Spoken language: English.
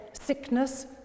sickness